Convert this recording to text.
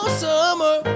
summer